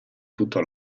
tutto